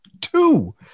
Two